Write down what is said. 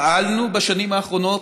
פעלנו בשנים האחרונות: